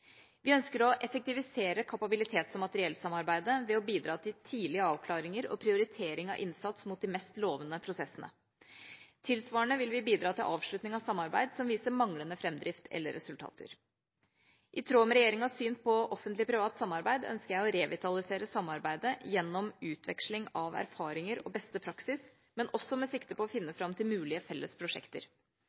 Vi ønsker å effektivisere kapabilitets- og materiellsamarbeidet ved å bidra til tidlig avklaringer og prioritering av innsats mot de mest lovende prosessene. Tilsvarende vil vi bidra til avslutning av samarbeid som viser manglende framdrift eller resultater. I tråd med regjeringas syn på offentlig–privat samarbeid ønsker jeg å revitalisere samarbeidet gjennom utveksling av erfaringer og beste praksis, men også med sikte på å finne fram til mulige felles prosjekter.